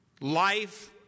Life